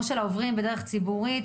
או של העוברים בדרך ציבורית,